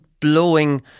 Blowing